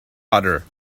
butter